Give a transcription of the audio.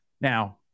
now